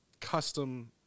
custom